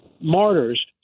martyrs